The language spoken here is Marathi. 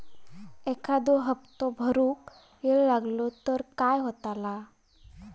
एखादो हप्तो भरुक वेळ लागलो तर काय होतला?